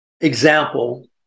example